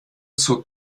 zur